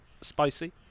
spicy